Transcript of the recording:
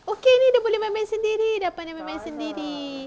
okay jer dia boleh main-main sendiri dah pandai main-main sendiri